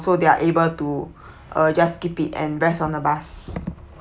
so they are able to uh just skip it and rest on the bus